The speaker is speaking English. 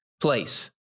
place